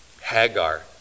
Hagar